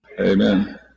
Amen